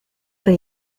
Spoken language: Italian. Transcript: per